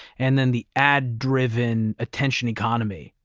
and then the ad-driven attention economy,